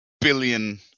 billion